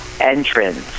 entrance